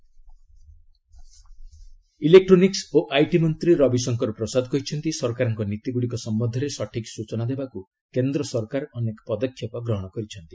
ଗଭ୍ information ଇଲେକ୍ରୋନିକୁ ଓ IT ମନ୍ତ୍ରୀ ରବିଶଙ୍କର ପ୍ରସାଦ କହିଛନ୍ତି ସରକାରଙ୍କ ନୀତି ଗ୍ରଡ଼ିକ ସମ୍ଭନ୍ଧରେ ସଠିକ୍ ସ୍ୱଚନା ଦେବାକୁ କେନ୍ଦ୍ ସରକାର ଅନେକ ପଦକ୍ଷେପ ଗ୍ରହଣ କରିଛନ୍ତି